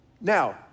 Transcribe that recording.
Now